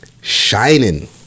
shining